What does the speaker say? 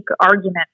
argument